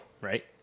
right